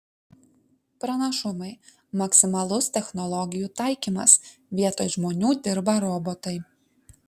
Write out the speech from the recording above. pranašumai maksimalus technologijų taikymas vietoj žmonių dirba robotai